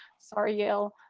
sorry, yale.